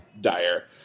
dire